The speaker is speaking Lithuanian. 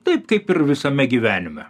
taip kaip ir visame gyvenime